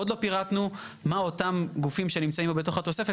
עוד לא פירטנו מה אותם גופים שנמצאים בתוך התוספת,